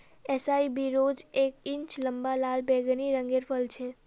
एसाई berries एक inch लंबा लाल बैंगनी रंगेर फल छे